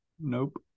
Nope